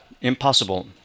impossible